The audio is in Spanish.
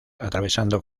atravesando